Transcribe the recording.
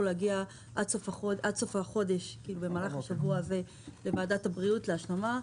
להגיע עד סוף החודש לוועדת הבריאות להשלמה.